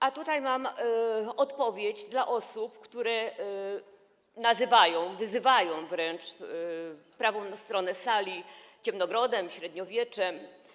A tutaj mam odpowiedź dla osób, które nazywają, wyzywają wręcz prawą stronę sali ciemnogrodem, średniowieczem.